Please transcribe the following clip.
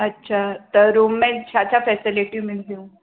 अछा त रूम में छा छा फैसिलिटियूं मिलंदियूं